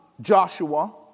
Joshua